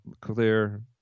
clear